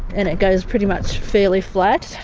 and it goes pretty much fairly flat,